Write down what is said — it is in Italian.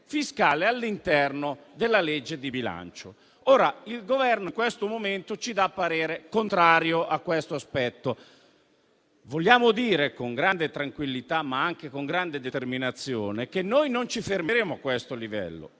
fiscale all'interno del disegno di legge di bilancio. Il Governo, in questo momento, dà parere contrario a questo tema. Vogliamo allora dire, con grande tranquillità, ma anche con grande determinazione, che noi non ci fermeremo a questo livello.